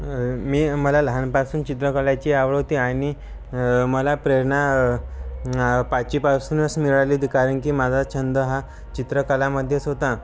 मी मला लहानपासून चित्रकलाची आवड होती आणि मला प्रेरणा पाचवीपासूनच मिळाली ती कारण की माझा छंद हा चित्रकलामध्येच होता